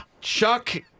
Chuck